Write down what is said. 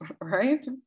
right